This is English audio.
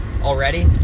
already